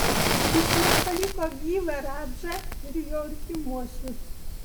jis net paliko gyvą radžą ir jo artimuosius